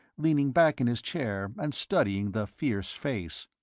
leaning back in his chair and studying the fierce face.